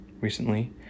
recently